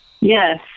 Yes